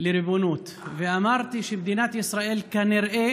לריבונות ואמרתי שמדינת ישראל כנראה